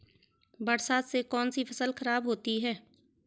बरसात से कौन सी फसल खराब होती है?